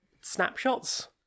snapshots